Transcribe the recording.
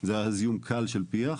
זה היה זיהום קל של פיח,